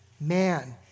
man